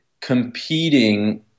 competing